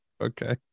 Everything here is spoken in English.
okay